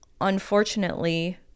unfortunately